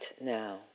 now